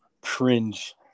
Cringe